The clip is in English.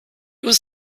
was